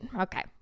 Okay